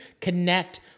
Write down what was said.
connect